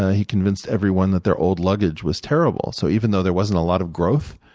ah he convinced everyone that their old luggage was terrible. so even though there wasn't a lot of growth,